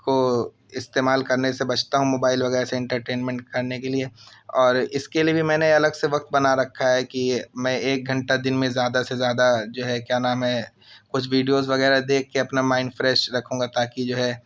کو استعمال کرنے سے بچتا ہوں موبائل وغیرہ سے انٹرٹینمنٹ کرنے کے لیے اور اس کے لیے بھی میں نے الگ سے وقت بنا رکھا ہے کہ میں ایک گھنٹہ دن میں زیادہ سے زیادہ جو ہے کیا نام ہے کچھ ویڈیوز وغیرہ دیکھ کے اپنا مائنڈ فریش رکھوں گا تاکہ جو ہے